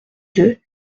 deux